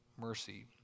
mercy